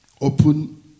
open